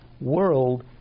world